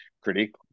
critically